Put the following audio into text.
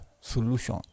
solution